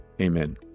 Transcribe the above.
Amen